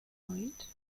point